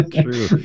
true